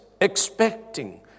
expecting